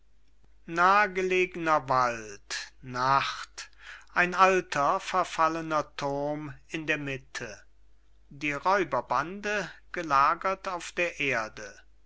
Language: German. nahgelegener wald nacht ein altes verfallenes schloß in der mitte die räuberbande gelagert auf der erde